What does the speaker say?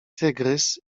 tygrys